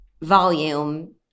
volume